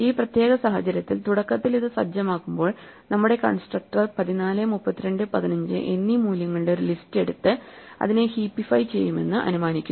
ഈ പ്രത്യേക സാഹചര്യത്തിൽ തുടക്കത്തിൽ ഇത് സജ്ജമാക്കുമ്പോൾ നമ്മുടെ കൺസ്ട്രക്റ്റർ 14 32 15 എന്നീ മൂല്യങ്ങളുടെ ഒരു ലിസ്റ്റ് എടുത്ത് അതിനെ ഹീപ്പിഫൈ ചെയ്യുമെന്ന് അനുമാനിക്കുന്നു